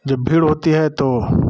जब भीड़ होती है तो